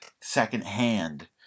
secondhand